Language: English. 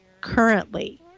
currently